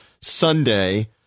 Sunday